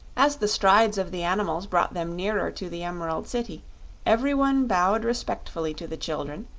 as the strides of the animals brought them nearer to the emerald city every one bowed respectfully to the children,